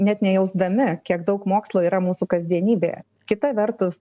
net nejausdami kiek daug mokslo yra mūsų kasdienybėje kita vertus